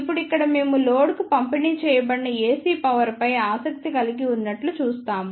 ఇప్పుడు ఇక్కడ మేము లోడ్కు పంపిణీ చేయబడిన AC పవర్ పై ఆసక్తి కలిగి ఉన్నట్లు చూస్తాము